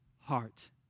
heart